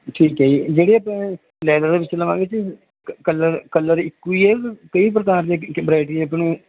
ਠੀਕ ਹੈ ਜਿਹੜੇ ਲੈ ਦੇ ਵਿੱਚ ਲਵਾਂਗੇ ਜੀ ਕਲਰ ਕਲਰ ਇੱਕੋ ਹੀ ਹੈ ਕਈ ਪ੍ਰਕਾਰ ਨੂੰ